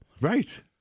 Right